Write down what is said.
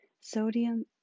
sodium